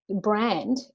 brand